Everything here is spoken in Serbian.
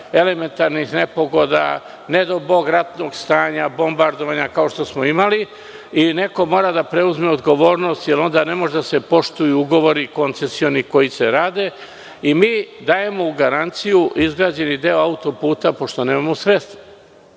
elementarnih nepogoda, ne daj Bože, ratnog stanja, bombardovanja, kao što smo imali, neko mora da preuzme odgovornost, jer onda ne mogu da se poštuju koncesioni ugovori. Mi dajemo u garanciju izgrađeni deo autoputa, pošto nemamo sredstva.Međutim,